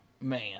Man